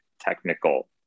technical